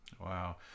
Wow